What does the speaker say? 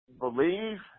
believe